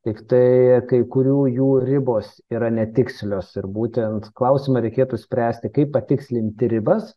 tiktai kai kurių jų ribos yra netikslios ir būtent klausimą reikėtų spręsti kaip patikslinti ribas